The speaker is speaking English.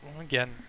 again